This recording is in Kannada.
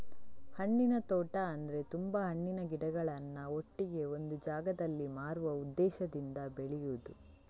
ಹಣ್ಣಿನ ತೋಟ ಅಂದ್ರೆ ತುಂಬಾ ಹಣ್ಣಿನ ಗಿಡಗಳನ್ನ ಒಟ್ಟಿಗೆ ಒಂದು ಜಾಗದಲ್ಲಿ ಮಾರುವ ಉದ್ದೇಶದಿಂದ ಬೆಳೆಯುದು